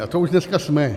A to už dneska jsme.